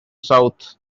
south